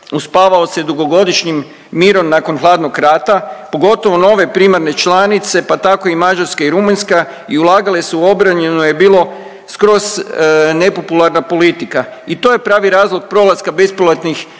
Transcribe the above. uspavao se dugogodišnjim mirom nakon hladnog rata pogotovo nove primarne članice pa tako i Mađarska i Rumunjska i ulagale su u obranjeno je bilo skroz nepopularna politika. I to je pravi razlog prolaska bespilotnih letjelica